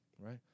right